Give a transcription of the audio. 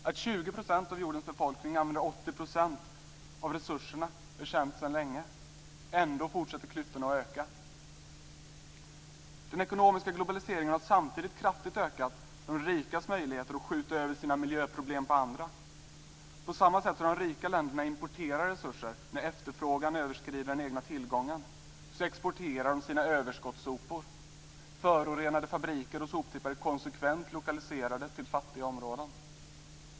Att 20 % av jordens befolkning använder 80 % av resurserna är känt sedan länge. Ändå fortsätter klyftorna att öka. Den ekonomiska globalsieringen har samtidigt kraftigt ökat de rikas möjligheter att skjuta över sina miljöproblem på andra. På samma sätt som rika länder importerar resurser när efterfrågan överskrider den egna tillgången så exporterar de sina överskottssopor. Förorenande fabriker och soptippar är konsekvent lokaliserade till fattiga områden.